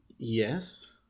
Yes